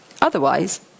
Otherwise